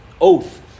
oath